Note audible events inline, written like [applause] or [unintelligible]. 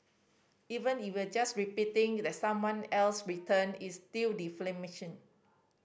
even if you were just repeating that someone else written it's still [unintelligible]